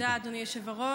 תודה, אדוני היושב-ראש.